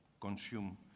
consume